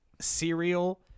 cereal